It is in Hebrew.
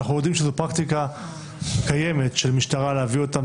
ולהגיד שבהקשר של החשודים,